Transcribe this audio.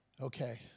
okay